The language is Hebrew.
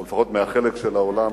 או לפחות מהחלק של העולם